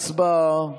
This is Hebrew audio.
הצבעה.